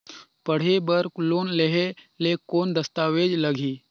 पढ़े बर लोन लहे ले कौन दस्तावेज लगही?